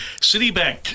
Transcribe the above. Citibank